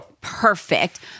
perfect